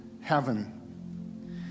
heaven